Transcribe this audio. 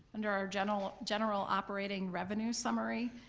under our general general operating revenue summary,